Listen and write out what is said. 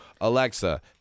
Alexa